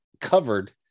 covered